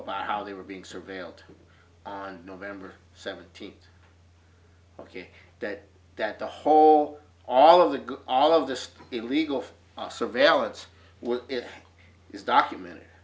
about how they were being surveilled on november seventeenth ok that that the whole all of the all of this illegal surveillance well it is documented